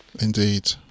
indeed